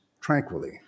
tranquilly